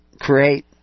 create